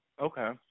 Okay